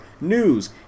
news